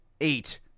eight